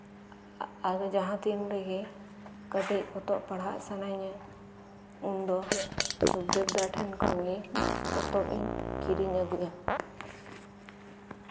ᱟᱨ ᱡᱟᱦᱟᱸᱛᱤᱱ ᱨᱮᱜᱮ ᱠᱟᱹᱴᱤᱡ ᱯᱚᱛᱚᱵ ᱯᱟᱲᱦᱟᱣ ᱥᱟᱱᱟᱧᱟ ᱩᱱᱫᱚ ᱥᱩᱠᱫᱮᱵᱽ ᱫᱟ ᱴᱷᱮᱱ ᱠᱷᱚᱱᱜᱮ ᱯᱚᱛᱚᱵ ᱤᱧ ᱠᱤᱨᱤᱧ ᱟᱹᱜᱩᱭᱟ